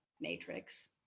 Matrix